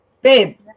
babe